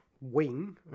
wing